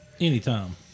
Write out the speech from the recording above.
Anytime